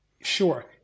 Sure